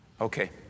Okay